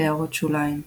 הערות שוליים ==